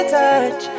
touch